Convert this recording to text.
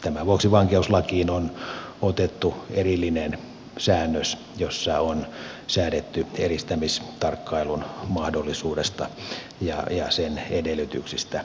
tämän vuoksi vankeuslakiin on otettu erillinen säännös jossa on säädetty eristämistarkkailun mahdollisuudesta ja sen edellytyksis tä